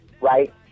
right